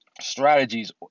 strategies